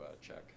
check